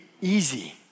easy